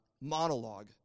monologue